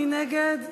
מי נגד?